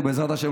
ובעזרת השם,